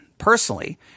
personally